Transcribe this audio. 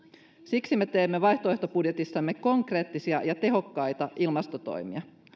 siksi me teemme vaihtoehtobudjetissamme konkreettisia ja tehokkaita ilmastotoimia